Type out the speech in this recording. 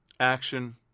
Action